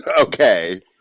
Okay